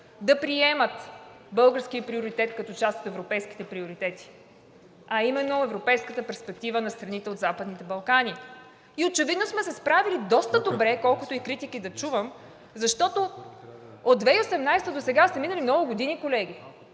да приемат българския приоритет като част от европейските приоритети, а именно европейската перспектива на страните от Западните Балкани. И очевидно сме се справили доста добре, колкото и критики да чувам, защото от 2018 г. досега са минали много години, колеги,